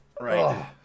Right